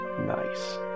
nice